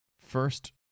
first